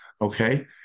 okay